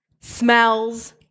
smells